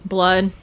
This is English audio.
Blood